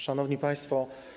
Szanowni Państwo!